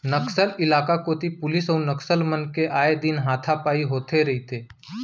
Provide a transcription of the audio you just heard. नक्सल इलाका कोती पुलिस अउ नक्सल मन के आए दिन हाथापाई होथे रहिथे